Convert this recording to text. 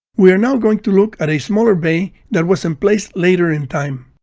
we are now going to look at a smaller bay that was emplaced later in time.